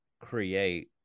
create